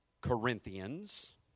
Corinthians